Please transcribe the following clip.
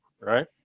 Right